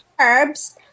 Herbs